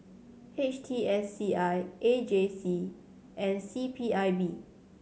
H T S C I A J C and C P I B